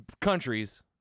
countries